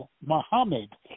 Muhammad